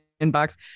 inbox